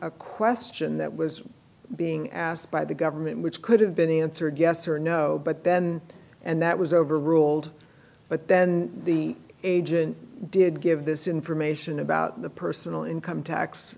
a question that was being asked by the government which could have been answered yes or no but then and that was overruled but then the agent did give this information about the personal income tax